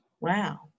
Wow